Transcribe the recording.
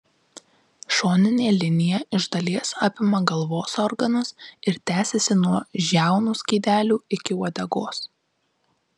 šoninė linija iš dalies apima galvos organus ir tęsiasi nuo žiaunų skydelių iki uodegos